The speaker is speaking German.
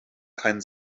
kein